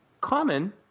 Common